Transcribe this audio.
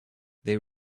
they